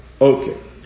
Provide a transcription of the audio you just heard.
Okay